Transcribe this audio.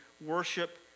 worship